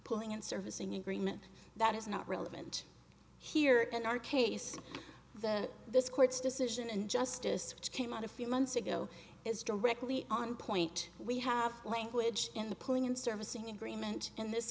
pulling and servicing agreement that is not relevant here in our case that this court's decision and justice which came out a few months ago is directly on point we have language in the pulling and servicing agreement in this